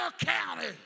county